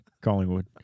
collingwood